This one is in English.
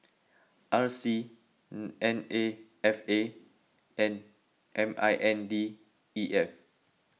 R C N A F A and M I N D E F